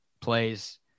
plays